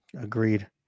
Agreed